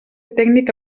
tècnic